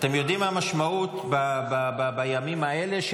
אתם יודעים מה המשמעות בימים האלה של